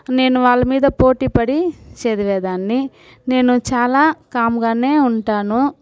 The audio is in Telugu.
నేను వాళ్ళ మీద పోటీపడి చదివేదాన్ని నేను చాలా కాగానే ఉంటాను